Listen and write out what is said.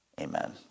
amen